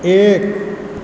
एक